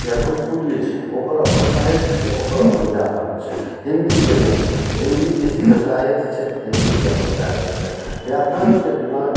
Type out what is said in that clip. या भोजपुरिये छै ओकर अपन साहित्य छै ओकर अपन व्याकरण छै हिन्दी जेना छै तऽ हिन्दी जे छै से साहित्य छै हिन्दीके अपन व्याकरण छै व्याकरणके बिना